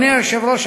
אדוני היושב-ראש,